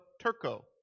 Turco